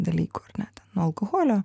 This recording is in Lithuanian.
dalykų ar ne ten nuo alkoholio